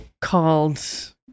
called